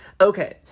Okay